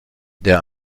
der